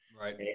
Right